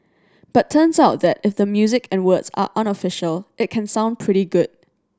but turns out that if the music and words are unofficial it can sound pretty good